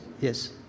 yes